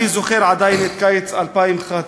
אני זוכר עדיין את קיץ 2011,